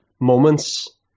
moments